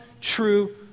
true